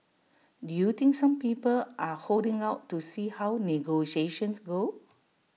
do you think some people are holding out to see how negotiations go